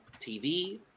TV